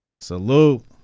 Salute